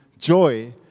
joy